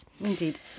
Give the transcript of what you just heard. Indeed